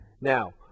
Now